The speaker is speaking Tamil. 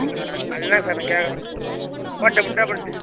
இல்லைஅது தான் சார் நான் கேட்குறேன் போட்டுக்கொடுத்தா அப்புறம் திருப்பி